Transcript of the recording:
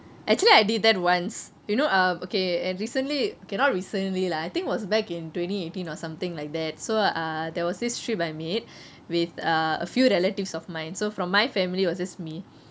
actually I did that once you know err okay and recently okay not recently lah I think was back in twenty eighteen or something like that so err there was this trip I made with err a few relatives of mine so from my family was just me